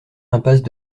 impasse